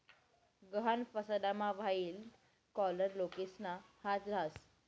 गहाण फसाडामा white collar लोकेसना हात रास